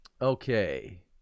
Okay